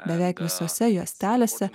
beveik visose juostelėse